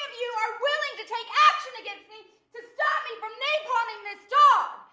you are willing to take action against me to stop me from napalming this dog?